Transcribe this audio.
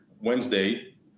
Wednesday